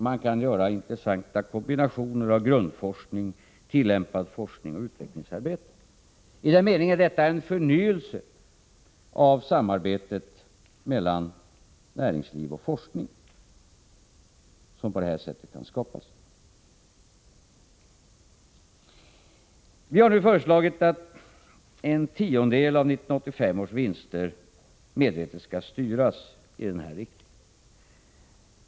Man kan göra intressanta kombinationer av grundforskning, tillämpad forskning och utvecklingsarbete. I den meningen kan man på det här sättet skapa en förnyelse i samarbete mellan näringsliv och forskning. Vi har nu föreslagit att en tiondel av 1985 års vinster medvetet skall styras i den här riktningen.